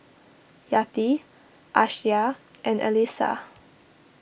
Yati Aisyah and Alyssa